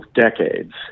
decades